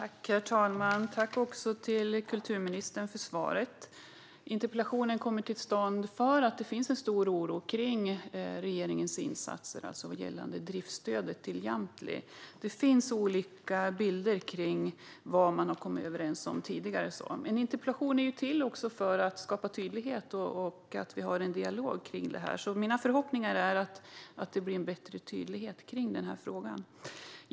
Herr talman! Tack, kulturministern, för svaret! Interpellationen har kommit till stånd därför att det finns en stor oro kring regeringens insatser gällande driftsstödet till Jamtli. Det finns olika bilder av vad man har kommit överens om tidigare. En interpellation är ju också till för att skapa tydlighet och ha en dialog, så mina förhoppningar är att det blir en bättre tydlighet i den här frågan.